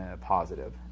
positive